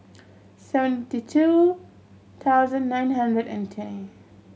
seventy two thousand nine hundred and twenty